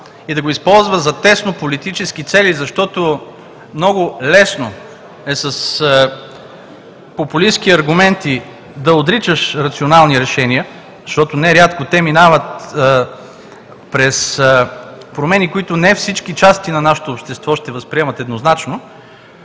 и да го използва за теснополитически цели, защото много лесно е с популистки аргументи да отричаш рационални решения, защото нерядко те минават през промени, които не всички части на нашето общество ще възприемат еднозначно,